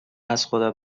ازخدا